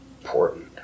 important